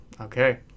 okay